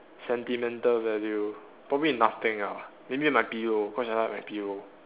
sentimental value probably nothing ah maybe my pillow because I like my pillow